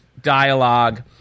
dialogue